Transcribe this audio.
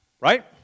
Right